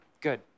Good